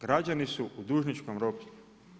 Građani su u dužničkom ropstvu.